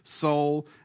soul